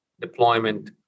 deployment